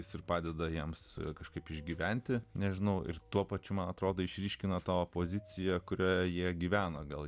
jis ir padeda jiems kažkaip išgyventi nežinau ir tuo pačiu man atrodo išryškina tą opoziciją kurioje gyvena gal